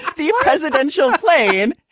the presidential plane.